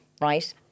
right